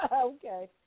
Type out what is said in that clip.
okay